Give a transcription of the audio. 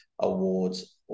awards